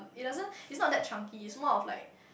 it doesn't it's not that chunky is more of like